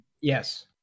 Yes